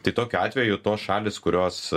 tai tokiu atveju tos šalys kurios